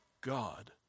God